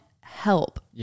help